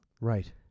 Right